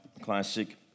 classic